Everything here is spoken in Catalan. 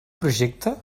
projecte